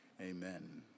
Amen